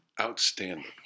Outstanding